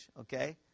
okay